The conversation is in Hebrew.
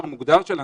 למה לא לאפשר להם?